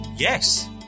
Yes